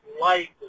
light